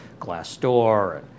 Glassdoor